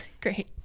Great